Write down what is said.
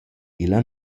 illa